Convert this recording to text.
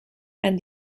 and